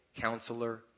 Counselor